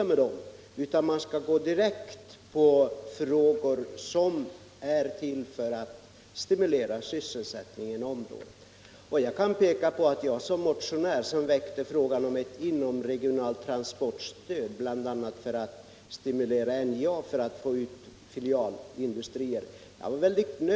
Man skall gå direkt på åtgärder som är till för att stimulera sysselsättningen i området. Jag kan nämna att jag motionsledes väckt frågan om ett inomregionalt stöd, bl.a. för att stimulera NJA att föra ut filialindustrier till inlandet och Tornedalen.